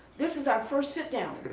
this is our first sit down.